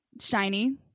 Shiny